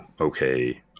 okay